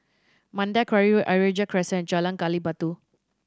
Mandai Quarry Ayer Rajah Crescent and Jalan Gali Batu